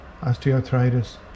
osteoarthritis